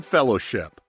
Fellowship